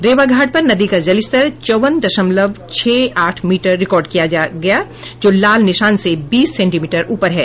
रेवाघाट पर नदी का जलस्तर चौवन दशमलव छह आठ मीटर रिकॉर्ड किया गया जो लाल निशान से बीस सेंटीमीटर ऊपर है